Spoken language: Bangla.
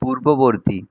পূর্ববর্তী